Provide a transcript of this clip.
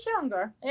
younger